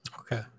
Okay